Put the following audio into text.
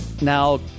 Now